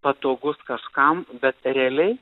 patogus kažkam bet realiai